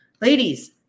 ladies